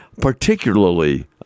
particularly